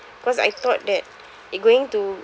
cause I thought that going to